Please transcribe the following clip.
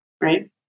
Right